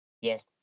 Yes